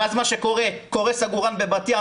ואז מה שקורה שקורס עגורן בבת-ים,